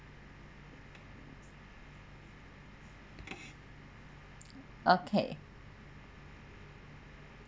okay